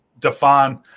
define